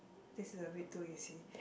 this is a bit too easy